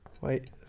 Wait